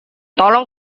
tolong